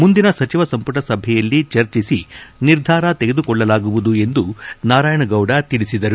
ಮುಂದಿನ ಸಚಿವ ಸಂಪುಟ ಸಭೆಯಲ್ಲಿ ಚರ್ಚಿಸಿ ನಿರ್ಧಾರ ತೆಗೆದುಕೊಳ್ಳಲಾಗುವುದು ಎಂದು ನಾರಾಯಣ ಗೌಡ ತಿಳಿಸಿದರು